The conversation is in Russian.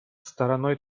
стороной